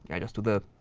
yeah, just do the